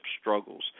struggles